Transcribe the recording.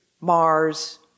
Mars